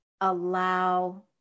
allow